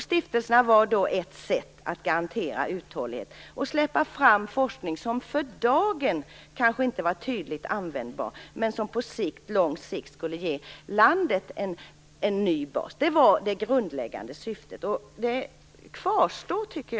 Stiftelserna var då ett sätt att garantera uthållighet och släppa fram forskning som för dagen kanske inte var tydligt användbar men som på lång sikt skulle ge landet en ny bas. Det var det grundläggande syftet. Det kvarstår.